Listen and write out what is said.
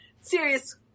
Serious